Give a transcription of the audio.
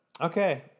okay